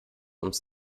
ums